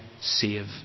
save